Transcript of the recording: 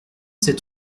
sept